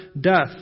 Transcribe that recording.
death